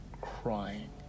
crying